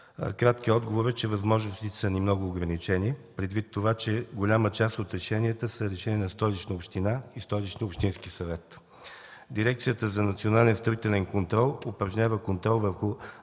краткият отговор е, че възможностите ни са много ограничени, предвид на това, че голяма част от решенията са на Столична община и на Столичния общински съвет. Дирекцията за национален строителен контрол упражнява контрол върху